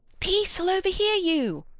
peace. he'll overhear you.